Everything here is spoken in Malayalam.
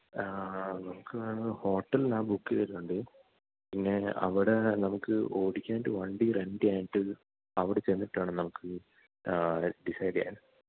ആ ആ നമുക്ക് വേണമെങ്കില് ഹോട്ടൽ ഞാൻ ബുക്ക് ചെയ്തിട്ടുണ്ട് പിന്നെ അവിടെ നമുക്ക് ഓടിക്കാനായിട്ട് വണ്ടി റെൻറ്റിനായിട്ട് അവിടെ ചെന്നിട്ട് വേണം നമുക്ക് ഡിസൈഡ് ചെയ്യാൻ